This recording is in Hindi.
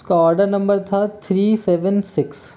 उसका ऑर्डर नंबर था थ्री सेवन सिक्स